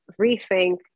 rethink